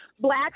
Black